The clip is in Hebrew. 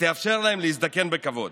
ותאפשר להם להזדקן בכבוד?